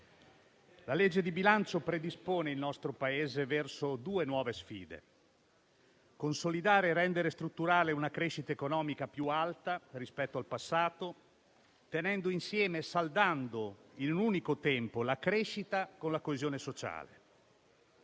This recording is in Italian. di legge di bilancio predispone il nostro Paese verso due nuove sfide: in primo luogo, consolidare e rendere strutturale una crescita economica più alta rispetto al passato, tenendo insieme e saldando in un unico tempo la crescita con la coesione sociale;